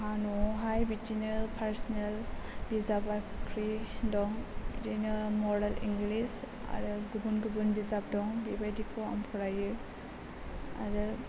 आंहा न'आवहाय बिदिनो पारस'नेल बिजाब बाख्रि दं बिदिनो मरेल इंलिस आरो गुबुन गुबुन बिजाब दं बेबायदिखौ आं फरायो आरो